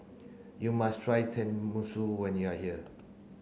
you must try Tenmusu when you are here